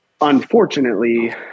Unfortunately